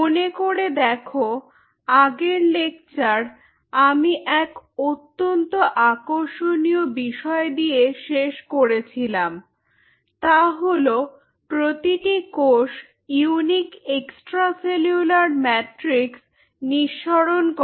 মনে করে দেখো আগের লেকচার আমি এক অত্যন্ত আকর্ষণীয় বিষয় দিয়ে শেষ করেছিলাম তা হল প্রতিটি কোষ ইউনিক এক্সট্রা সেলুলার মাট্রিক্স নিঃসরণ করে